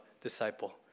disciple